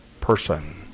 person